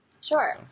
Sure